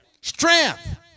Strength